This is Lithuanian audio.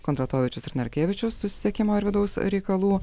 kondratovičius ir narkevičius susisiekimo ir vidaus reikalų